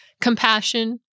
Compassion